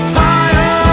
higher